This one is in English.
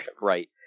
Right